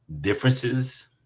differences